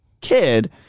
kid